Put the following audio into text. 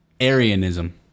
Arianism